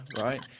right